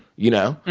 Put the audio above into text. you know?